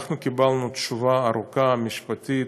אנחנו קיבלנו תשובה ארוכה, משפטית,